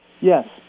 Yes